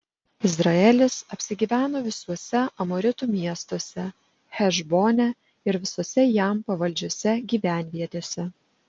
izraelis apsigyveno visuose amoritų miestuose hešbone ir visose jam pavaldžiose gyvenvietėse